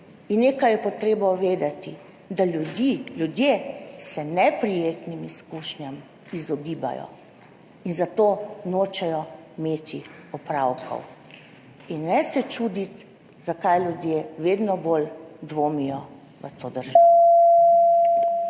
Nekaj je potrebno vedeti, da se ljudje neprijetnim izkušnjam izogibajo in zato nočejo imeti opravkov. In ne se čuditi, zakaj ljudje vedno bolj dvomijo v to državo.